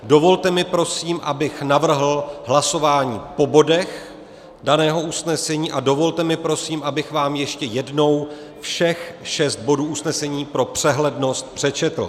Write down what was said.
Dovolte mi, prosím, abych navrhl hlasování po bodech daného usnesení, a dovolte mi, prosím, abych vám ještě jednou všech šest bodů usnesení pro přehlednost přečetl.